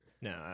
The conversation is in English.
no